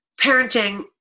parenting